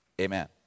amen